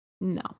No